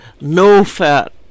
no-fat